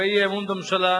להביע אי-אמון בממשלה